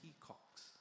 peacocks